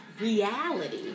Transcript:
reality